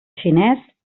xinès